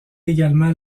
également